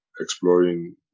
exploring